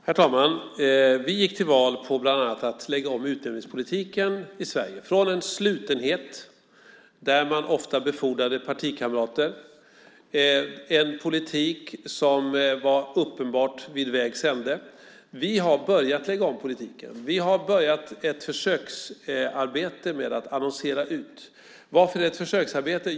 Herr talman! Vi gick till val bland annat på att lägga om utnämningspolitiken i Sverige från en slutenhet där man ofta befordrade partikamrater, en politik som uppenbart var vid vägs ände. Vi har börjat lägga om politiken. Vi har börjat ett försöksarbete med att annonsera ut tjänsterna. Varför har vi då ett försöksarbete?